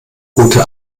gute